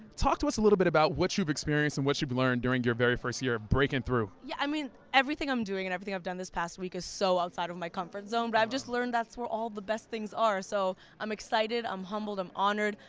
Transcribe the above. talk to us a little bit about what you've experienced and what you've learned during your very first year of breaking through. lilly singh yeah, i mean, everything i'm doing and everything i've done this past week is so outside of my comfort zone, but i've just learned that's where all the best things are. so i'm excited, i'm humbled, i'm honored.